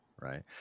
Right